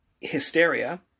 hysteria